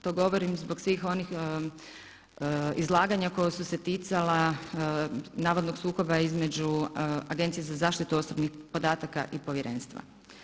To govorim zbog svih onih izlaganja koja su se ticala navodnog sukoba između Agencije za zaštitu osobnih podataka i povjerenstva.